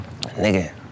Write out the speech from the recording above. Nigga